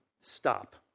stop